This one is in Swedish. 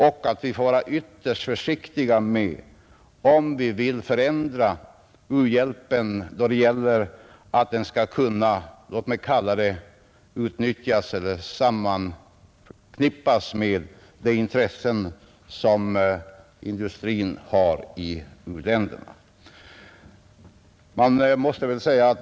Vi måste vara ytterst försiktiga om man vill ändra u-hjälpen så att den kan sammankopplas med intressen som vår industri har i u-länderna.